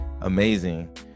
amazing